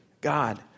God